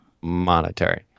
monetary